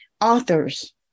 authors